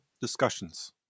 discussions